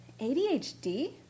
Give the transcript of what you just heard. ADHD